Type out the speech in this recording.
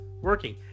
working